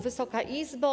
Wysoka Izbo!